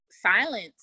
silence